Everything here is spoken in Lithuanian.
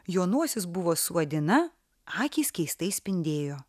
jo nosis buvo suodina akys keistai spindėjo